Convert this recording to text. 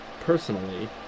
personally